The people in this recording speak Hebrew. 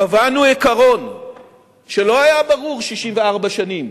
קבענו עיקרון שלא היה ברור 64 שנים,